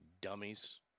Dummies